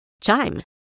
Chime